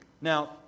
Now